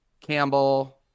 campbell